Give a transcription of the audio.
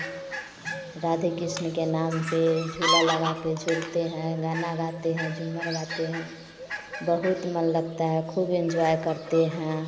राधे कृष्ण के नाम पर झूला लगाकर झूलते हैं गाना गाते हैं झूमर गाते हैं बहुत मन लगता खूब इंजॉय करते हैं